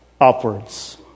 Upwards